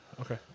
Okay